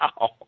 wow